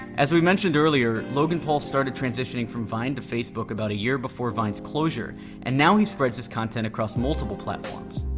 as we mentioned earlier, logan paul started transitioning from vine to facebook about a year before vine's closure and now he spreads his content across multiple platforms.